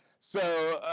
so